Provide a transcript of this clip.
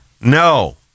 No